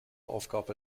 aufgabe